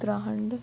Uttarakhand